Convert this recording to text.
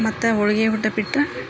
ಮತ್ತು ಹೋಳಿಗೆ ಊಟ ಬಿಟ್ರ